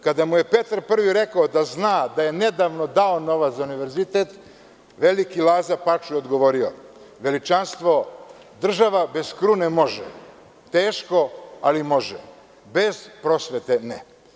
Kada mu je Petar Prvi rekao da zna da je nedavno dao novac za univerzitet, veliki Lazar Paču mu je odgovorio – veličanstvo, država bez krune može, teško, ali može, a bez prosvete ne.